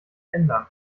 ändern